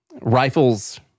rifles